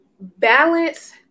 Balance